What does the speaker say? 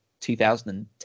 2010